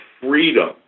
freedom